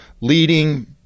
leading